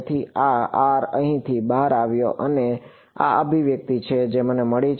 તેથી આ આર અહીંથી બહાર આવ્યો અને આ અભિવ્યક્તિ છે જે મને મળી